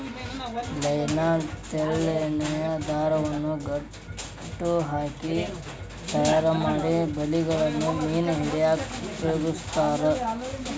nylon ನ ತೆಳ್ಳನ ದಾರವನ್ನ ಗಂಟ ಹಾಕಿ ತಯಾರಿಮಾಡಿದ ಬಲಿಗಳನ್ನ ಮೇನ್ ಹಿಡ್ಯಾಕ್ ಉಪಯೋಗಸ್ತಾರ